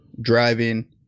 driving